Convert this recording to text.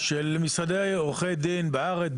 של משרדי עורכי דין בארץ,